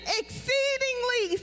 exceedingly